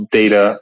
data